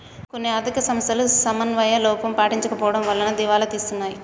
కొన్ని ఆర్ధిక సంస్థలు సమన్వయ లోపం పాటించకపోవడం వలన దివాలా తీస్తున్నాయి